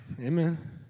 Amen